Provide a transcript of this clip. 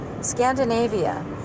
Scandinavia